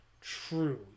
true